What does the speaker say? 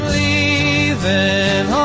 leaving